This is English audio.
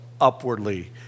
upwardly